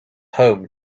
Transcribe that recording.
home